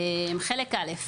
חלק א'